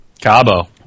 Cabo